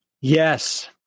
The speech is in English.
Yes